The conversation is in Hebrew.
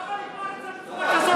למה לגמור את זה בצורה כזאת?